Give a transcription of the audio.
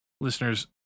listeners